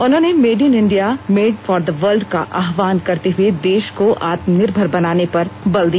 उन्होंने made in India made for the world का आह्वान करते हुए देश को आत्मनिर्भर बनाने पर बल दिया